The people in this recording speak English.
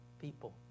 people